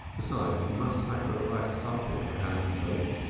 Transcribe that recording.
besides he must sacrifice something for hannah's sake.